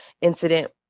incident